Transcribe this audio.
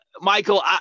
Michael